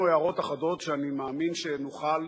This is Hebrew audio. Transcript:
בתיקון לחוק העונשין משנת 2004 הוסף